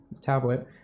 Tablet